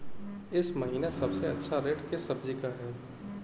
इस महीने सबसे अच्छा रेट किस सब्जी का है?